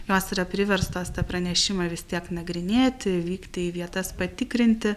jos yra priverstos tą pranešimą vis tiek nagrinėti vykti į vietas patikrinti